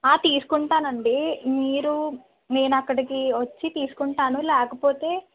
తీసుకుంటాను అండి మీరు నేను అక్కడికి వచ్చి తీసుకుంటాను లేకపోతే